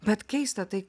bet keista tai